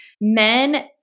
men